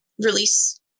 Release